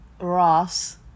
Ross